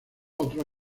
otros